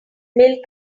milk